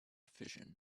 fission